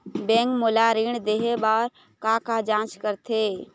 Bank मोला ऋण देहे बार का का जांच करथे?